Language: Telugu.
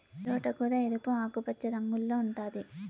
తోటకూర ఎరుపు, ఆకుపచ్చ రంగుల్లో ఉంటాది